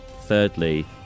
Thirdly